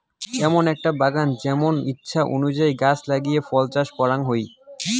এমন আকটা বাগান যেমন ইচ্ছে অনুযায়ী গছ লাগিয়ে ফল চাষ করাং হই